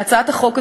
להצעת החוק,